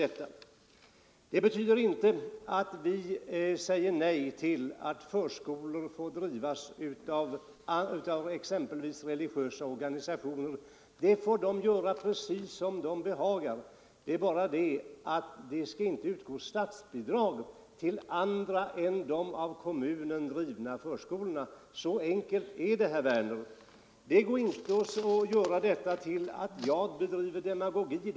Det betyder inte att vi säger nej till att förskolor får drivas exempelvis av religiösa organisationer. Man får göra precis som man behagar. Det skall bara inte utgå statsbidrag till andra än de av kommunen drivna förskolorna. Så enkelt är det, herr Werner. Man kan inte få detta till att jag bedriver demagogi.